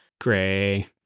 Gray